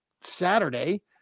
Saturday